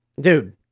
Dude